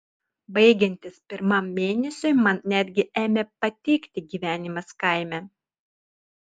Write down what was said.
baigiantis pirmam mėnesiui man netgi ėmė patikti gyvenimas kaime